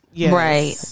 right